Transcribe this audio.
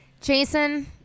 Jason